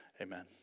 Amen